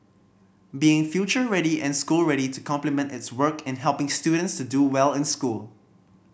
being future ready and school ready to complement its work in helping students to do well in school